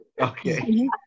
Okay